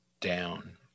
down